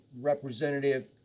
representative